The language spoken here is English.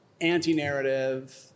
anti-narrative